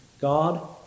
God